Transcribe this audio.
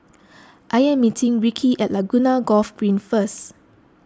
I am meeting Ricki at Laguna Golf Green First